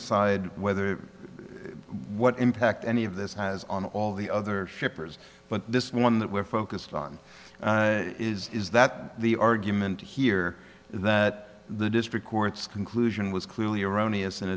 aside whether what impact any of this has on all the other shippers but this one that we're focused on is that the argument here that the district courts conclusion was clearly erroneous